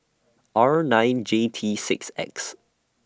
R nine J T six X